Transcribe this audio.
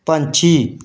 ਪੰਛੀ